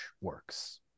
works